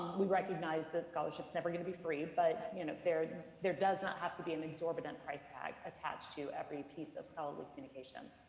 we recognize that scholarship's never going to be free, but you know there does not have to be an exorbitant price tag attached to every piece of scholarly communication.